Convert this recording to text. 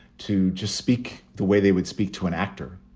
to just speak the way they would speak to an actor